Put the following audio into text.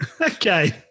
Okay